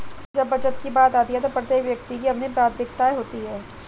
जब बचत की बात आती है तो प्रत्येक व्यक्ति की अपनी प्राथमिकताएं होती हैं